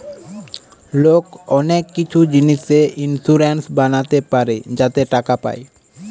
লোক অনেক কিছু জিনিসে ইন্সুরেন্স বানাতে পারে যাতে টাকা পায়